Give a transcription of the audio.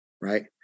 right